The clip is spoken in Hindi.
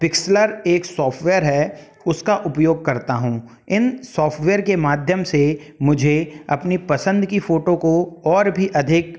पिक्सलर एक सॉफ्टवेयर है उसका उपयोग करता हूँ इन सॉफ्टवेयर के माध्यम से मुझे अपनी पसंद की फोटो को और भी अधिक